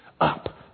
up